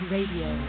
Radio